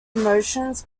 emotions